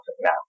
now